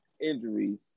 injuries